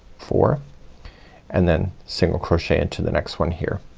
four and then single crochet into the next one here.